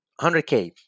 100k